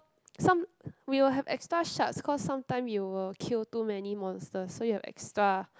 some we will have extra shards because sometimes you will kill too many monsters so you'll extra